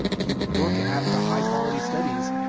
if you look at the high-quality studies,